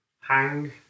Hang